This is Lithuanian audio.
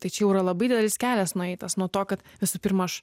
tai čia jau yra labai didelis kelias nueitas nuo to kad visų pirma aš